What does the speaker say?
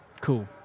Cool